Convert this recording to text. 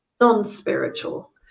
non-spiritual